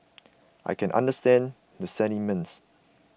I can understand the sentiments